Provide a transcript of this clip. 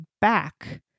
back